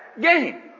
game